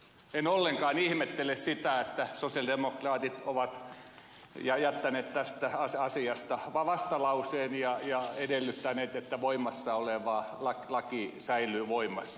en ollenkaan ihmettele sitä että sosialidemokraatit ovat jättäneet tästä asiasta vastalauseen ja edellyttäneet että voimassa oleva laki säilyy voimassa